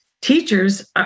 teachers